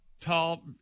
tall